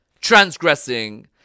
transgressing